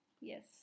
Yes